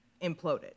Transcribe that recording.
imploded